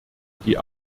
die